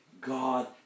God